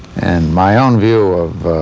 and my own view.